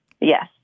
Yes